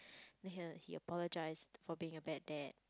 then he he apologies for being a bad dad